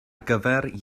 gyfer